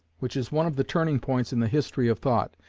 which is one of the turning points in the history of thought,